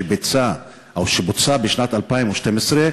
שבוצע בשנת 2012,